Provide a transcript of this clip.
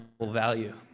value